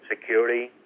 security